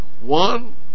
One